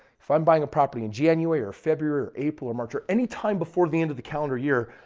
if i'm buying a property in january or february or april or march or anytime before the end of the calendar year,